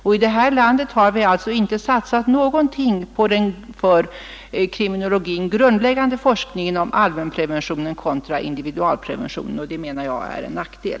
I det här landet har vi alltså inte satsat någonting på den för kriminologin grundläggande forskningen om allmänpreventionen kontra individualpreventionen. Det menar jag är en nackdel.